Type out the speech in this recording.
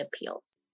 appeals